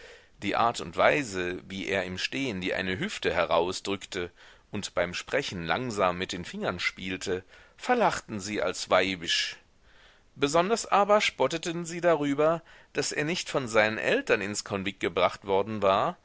die art und weise wie er im stehen die eine hüfte herausdrückte und beim sprechen langsam mit den fingern spielte verlachten sie als weibisch besonders aber spotteten sie darüber daß er nicht von seinen eltern ins konvikt gebracht worden war